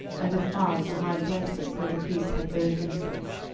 and defiled the high places where the priests had burned incense,